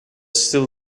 still